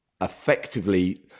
effectively